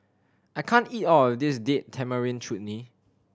I can't eat all of this Date Tamarind Chutney